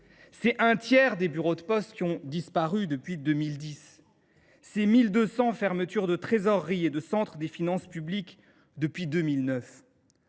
ans. Un tiers des bureaux de poste a disparu depuis 2010. Quelque 1 200 fermetures de trésorerie et de centre des finances publiques sont